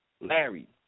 Larry